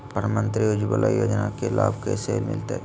प्रधानमंत्री उज्वला योजना के लाभ कैसे मैलतैय?